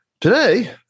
Today